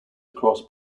across